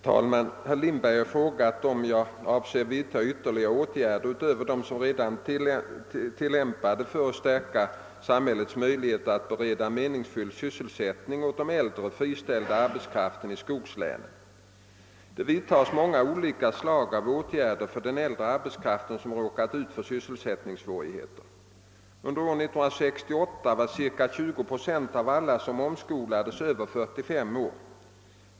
Herr talman! Herr Lindberg har frå gat om jag avser att vidta ytterligare åtgärder utöver de redan tillämpade för att stärka samhällets möjligheter att bereda meningsfylld sysselsättning åt den äldre friställda arbetskraften i skogslänen. Det vidtas många olika slag av åtgärder för den äldre arbetskraft som råkar ut för sysselsättningssvårigheter. Under år 1968 var cirka 20 procent av alla som omskolades över 45 år.